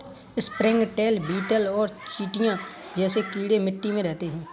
springtail, beetle और चींटियां जैसे कीड़े मिट्टी में रहते हैं